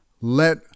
let